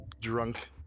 drunk